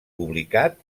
publicat